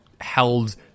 held